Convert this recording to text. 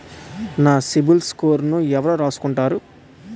నా సిబిల్ స్కోరును ఎవరు రాసుకుంటారు